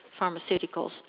Pharmaceuticals